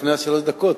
לפני שלוש הדקות,